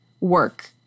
work